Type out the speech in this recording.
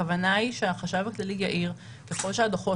הכוונה היא שהחשב הכללי יעיר ככל שהדוחות